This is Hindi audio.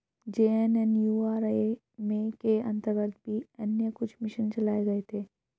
जे.एन.एन.यू.आर.एम के अंतर्गत भी अन्य कुछ मिशन चलाए गए थे